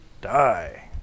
die